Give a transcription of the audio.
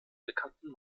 bekannten